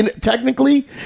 technically